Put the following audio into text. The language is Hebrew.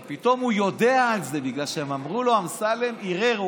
אבל פתאום הוא יודע על זה בגלל שהם אמרו לו: אמסלם ערער.